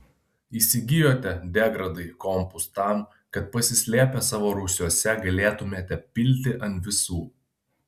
įsigijote degradai kompus tam kad pasislėpę savo rūsiuose galėtumėte pilti ant visų